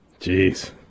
Jeez